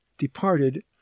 departed